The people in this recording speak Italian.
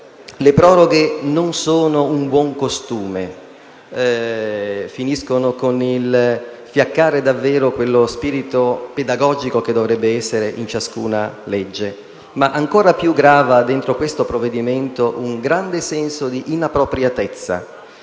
Le proroghe non sono un buon costume, e finiscono per fiaccare davvero quello spirito pedagogico che dovrebbe esservi in ciascuna legge. Ancora di più caratterizza questo provvedimento un grande senso di inappropriatezza,